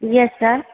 yes sir